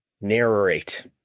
narrate